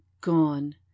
gone